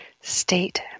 state